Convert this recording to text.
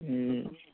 उम्